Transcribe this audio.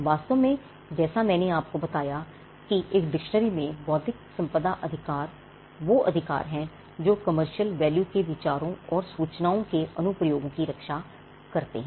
वास्तव में जैसा मैंने आपको बताया कि एक डिक्शनरी में बौद्धिक संपदा अधिकार वो अधिकार हैं जो कमर्शियल वैल्यू के विचारों और सूचनाओं के अनुप्रयोगों की रक्षा करते हैं